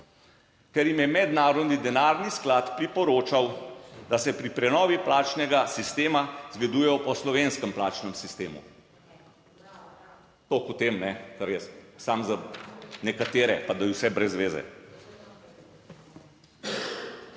ker jim je Mednarodni denarni sklad priporočal, da se pri prenovi plačnega sistema zgledujejo po slovenskem plačnem sistemu. Toliko o tem, kar je samo za nekatere, pa da je vse brez veze.